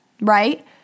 Right